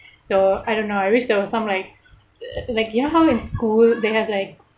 so I don't know I wish there was some like uh like you know how in school they have like